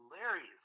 hilarious